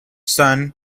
son